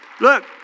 look